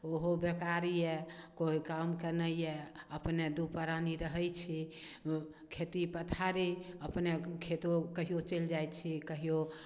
ओहो बेकारे यऽ कोइ कामके नहि यऽ अपने दू परानी रहै छी खेती पथारी अपने खेतियो चलि जाइ छी कहियो